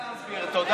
אני מודה.